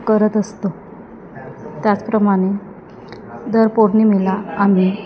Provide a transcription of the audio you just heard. करत असतो त्याचप्रमाणे दर पोर्णिमेला आम्ही